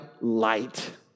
light